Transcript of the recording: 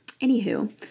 Anywho